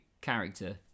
character